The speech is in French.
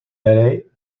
allait